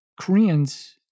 Koreans